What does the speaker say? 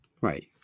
right